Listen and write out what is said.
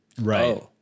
Right